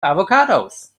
avocados